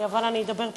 אבל אני אדבר פחות.